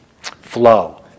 flow